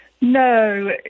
No